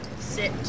Sit